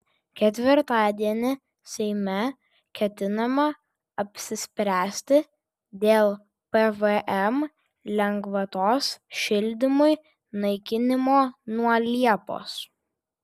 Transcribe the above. ketvirtadienį seime ketinama apsispręsti dėl pvm lengvatos šildymui naikinimo nuo liepos